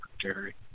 secretary